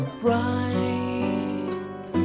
bright